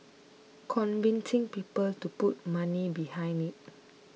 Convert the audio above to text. convincing people to put money behind it